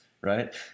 right